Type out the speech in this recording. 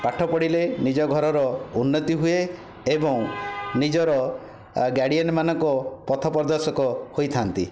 ପାଠ ପଢ଼ିଲେ ନିଜ ଘରର ଉନ୍ନତି ହୁଏ ଏବଂ ନିଜର ଗାର୍ଡ଼ିଆନମାନଙ୍କ ପଥ ପ୍ରଦର୍ଶକ ହୋଇଥାନ୍ତି